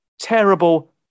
terrible